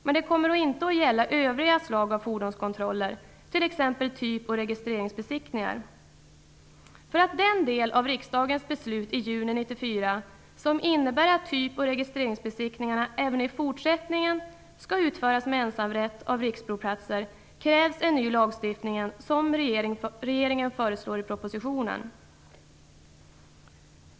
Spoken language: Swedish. Men det kommer inte att gälla övriga slag av fordonskontroller, t.ex. som innebär att typ och registreringsbesiktningarna även i fortsättningen skall utföras med ensamrätt av riksprovplatser krävs en ny lagstifning, som regeringen föreslår i propositionen.